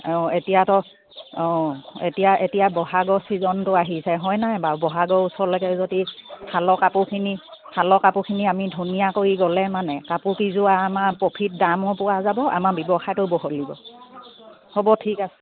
অঁ এতিয়াতো অঁ এতিয়া এতিয়া বহাগৰ ছিজনটো আহিছে হয় নাই বাৰু বহাগৰ ওচৰলৈকে যদি শালৰ কাপোৰখিনি শালৰ কাপোৰখিনি আমি ধুনীয়া কৰি গ'লে মানে কাপোৰকেইযোৰ আমাৰ প্ৰফিট দামো পোৱা যাব আমাৰ ব্যৱসায়টোও বহলিব হ'ব ঠিক আছে